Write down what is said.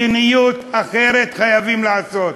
מדיניות אחרת חייבים לעשות.